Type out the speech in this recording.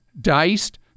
diced